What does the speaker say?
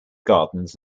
gardens